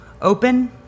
open